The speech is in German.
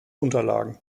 unterlagen